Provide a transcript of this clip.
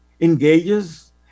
engages